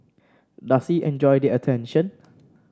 does he enjoy the attention